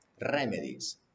remedies